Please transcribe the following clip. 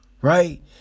Right